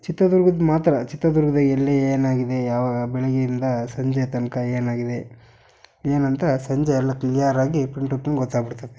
ಚಿತ್ರದುರ್ಗುದ ಮಾತ್ರ ಚಿತ್ರದುರ್ಗ್ದಗೆ ಎಲ್ಲಿ ಏನಾಗಿದೆ ಯಾವಾಗ ಬೆಳಿಗ್ಗೆಯಿಂದ ಸಂಜೆ ತನಕ ಏನಾಗಿದೆ ಏನಂತ ಸಂಜೆ ಎಲ್ಲ ಕ್ಲಿಯರಾಗಿ ಪಿನ್ ಟು ಪಿನ್ ಗೊತ್ತಾಗ್ಬಿಡ್ತದೆ